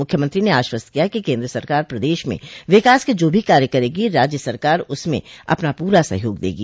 मूख्यमंत्री ने आश्वस्त किया कि केन्द्र सरकार प्रदेश में विकास के जो भी कार्य करेगी राज्य सरकार उसमें अपना पूरा सहयोग देगी